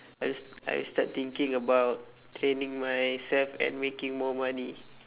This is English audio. I just I just start thinking about training myself and making more money